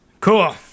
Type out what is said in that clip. Cool